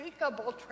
unspeakable